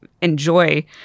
enjoy